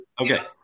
Okay